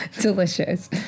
delicious